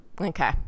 Okay